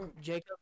Jacob